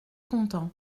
content